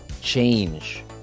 change